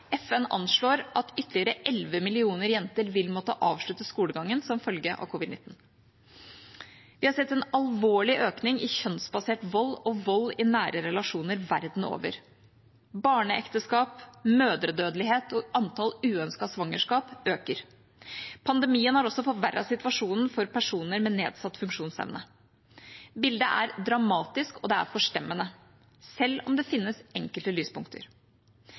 FN anslår at ytterligere elleve millioner jenter vil måtte avslutte skolegangen som følge av covid-19. Vi har sett en alvorlig økning i kjønnsbasert vold og vold i nære relasjoner verden over. Barneekteskap, mødredødelighet og antall uønskede svangerskap øker. Pandemien har også forverret situasjonen for personer med nedsatt funksjonsevne. Bildet er dramatisk, og det er forstemmende, selv om det finnes enkelte lyspunkter.